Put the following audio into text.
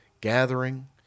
gathering